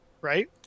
right